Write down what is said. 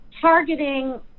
targeting